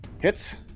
Hits